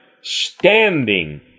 standing